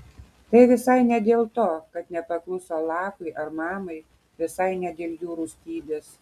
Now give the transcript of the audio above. tai visai ne dėl to kad nepakluso alachui ar mamai visai ne dėl jų rūstybės